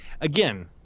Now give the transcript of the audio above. again –